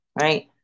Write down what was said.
right